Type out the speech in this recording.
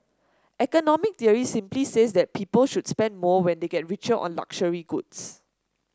economic theory simply says that people should spend more when they get richer on luxury goods